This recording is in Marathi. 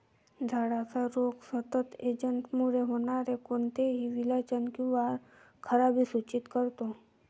झाडाचा रोग सतत एजंटमुळे होणारे कोणतेही विचलन किंवा खराबी सूचित करतो